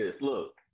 Look